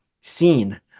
seen